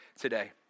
today